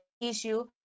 issue